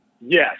Yes